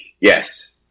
yes